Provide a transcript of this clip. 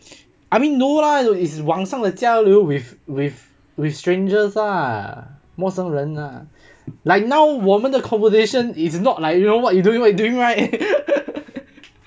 I mean no lah is 网上的交流 with with with strangers ah 陌生人 like now 我们的 conversation it's not like you know what you doing what you doing right